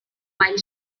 while